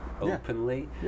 openly